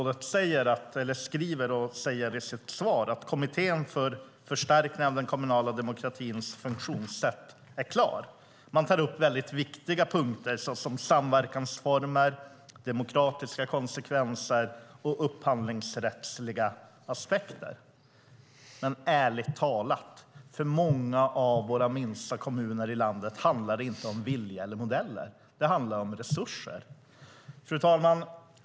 Det är bra att Kommittén för förstärkning av den kommunala demokratins funktionssätt är klar, som statsrådet skriver och säger i sitt svar. Den tar upp mycket viktiga punkter som samverkansformer, demokratiska konsekvenser och upphandlingsrättsliga aspekter. Men ärligt talat: För många av våra minsta kommuner i landet handlar det inte om vilja eller modeller. Det handlar om resurser. Fru talman!